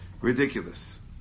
ridiculous